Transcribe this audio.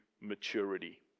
maturity